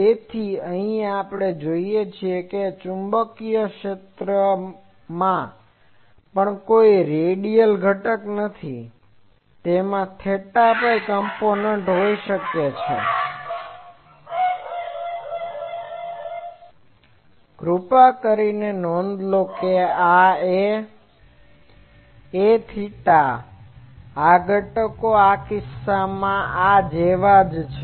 તેથી અહીં આપણે જોઈએ છીએ કે ચુંબકીય ક્ષેત્રમાં પણ કોઈ રેડિયલ ઘટક નથી તેમાં theta phi કમ્પોનન્ટ હોઈ શકે છે કૃપા કરીને નોંધ લો કે આ a છે Aθ આ ઘટકો આ કિસ્સામાં આ જેવા છે